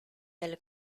del